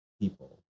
people